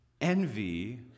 Envy